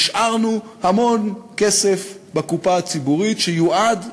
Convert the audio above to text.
השארנו המון כסף בקופה הציבורית שיועד לבריאות,